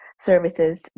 services